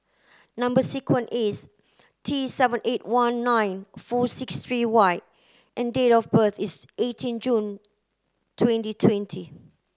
number sequence is T seven eight one nine four six three Y and date of birth is eighteen June twenty twenty